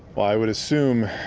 well, i would assume